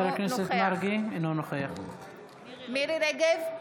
אינו נוכח מירי מרים רגב,